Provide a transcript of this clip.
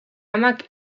amak